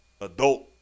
adult